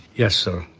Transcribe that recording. yes sir.